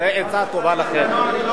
זו עצה טובה לכם.